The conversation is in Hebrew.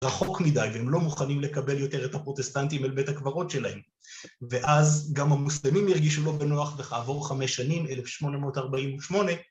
רחוק מדי והם לא מוכנים לקבל יותר את הפרוטסטנטים אל בית הקברות שלהם ואז גם המוסלמים הרגישו לt בנוח וכעבור חמש שנים, 1848